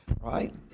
right